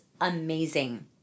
amazing